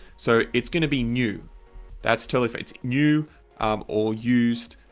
so it's going to be new that's totally, if it's new um or used,